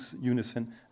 unison